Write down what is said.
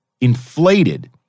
inflated